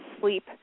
sleep